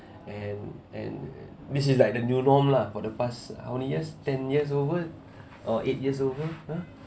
and and this is like the new norm lah for the past how many years ten years over or eight years over ha